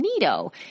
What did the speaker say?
neato